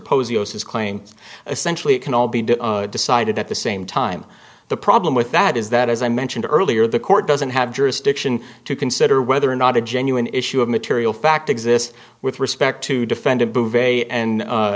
posey osis claim essentially it can all be decided at the same time the problem with that is that as i mentioned earlier the court doesn't have jurisdiction to consider whether or not a genuine issue of material fact exists with respect to defendant bouvier and